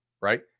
right